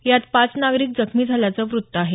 यात पाच नागरिक जखमी झाल्याचं वृत्त आहे